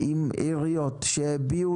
עם עיריות שהביעו